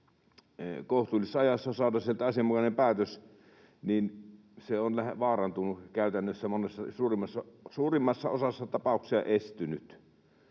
kohtuullisessa ajassa ja saada sieltä asianmukainen päätös on vaarantunut, käytännössä suurimmassa osassa tapauksia estynyt.